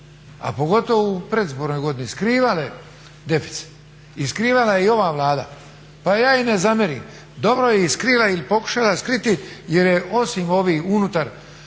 a pogotovo u predizbornoj godini, skrivale deficit i skrivala je i ova Vlada. Pa ja im ne zamjeram, dobro je skrila i pokušala skriti jer je osim ovih